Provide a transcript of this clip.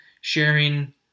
sharing